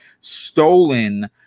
stolen